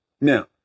Now